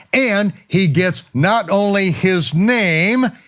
and he gets, not only his name,